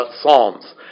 Psalms